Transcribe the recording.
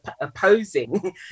opposing